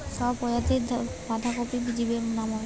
বড় প্রজাতীর বাঁধাকপির বীজের নাম কি?